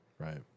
Right